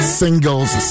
singles